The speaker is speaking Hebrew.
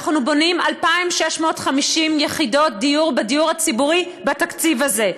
אנחנו בונים 2,650 יחידות דיור בדיור הציבורי בתקציב הזה,